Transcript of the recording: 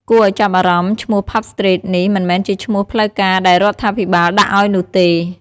គួរឲ្យចាប់អារម្មណ៍ ឈ្មោះ "ផាប់ ស្ទ្រីត" នេះមិនមែនជាឈ្មោះផ្លូវការដែលរដ្ឋាភិបាលដាក់ឲ្យនោះទេ។